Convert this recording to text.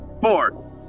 Four